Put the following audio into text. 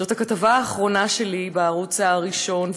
זאת הכתבה האחרונה שלי בערוץ הראשון,